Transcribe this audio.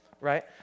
right